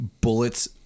bullets